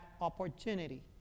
opportunity